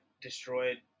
destroyed